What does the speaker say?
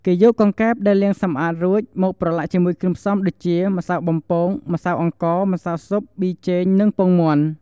គេយកកង្កែបដែលលាងសម្អាតរួច មកប្រឡាក់ជាមួយគ្រឿងផ្សំដូចជា ម្សៅបំពង ម្សៅអង្ករ ម្សៅស៊ុប ប៊ីចេង និងពងមាន់។